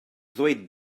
ddweud